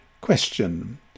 Question